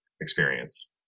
experience